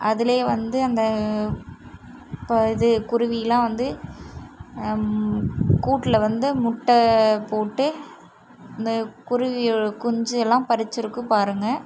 அதுல வந்து அந்த இப்போ இது குருவிலாம் வந்து கூட்டில் வந்து முட்டை போட்டு இந்த குருவி குஞ்சு எல்லாம் பரிச்சியிருக்கும் பாருங்கள்